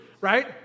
right